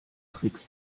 tricks